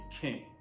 king